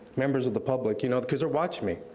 members of the public. you know, because they're watching me.